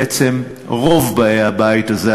בעצם רוב באי הבית הזה,